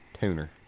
Tuner